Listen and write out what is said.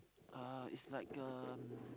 uh is like um